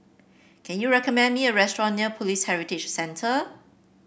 can you recommend me a restaurant near Police Heritage Centre